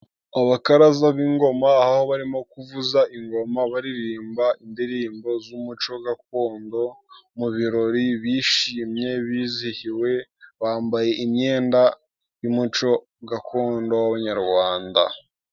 Abakaraza b'ingoma aho barimo kuvuza ingoma, baririmba indirimbo z'umuco gakondo mu birori, bishimye, bizihiwe, bambaye imyenda y'umuco gakondo nyarwanda.